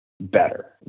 better